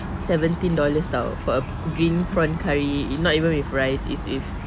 seventeen dollar [tau] for a green prawn curry it's not even with rice it's with